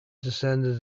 descended